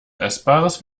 essbares